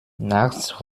nachts